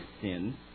sin